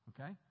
Okay